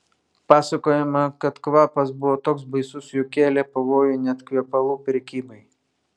pasakojama kad kvapas buvo toks baisus jog kėlė pavojų net kvepalų prekybai